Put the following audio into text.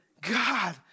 God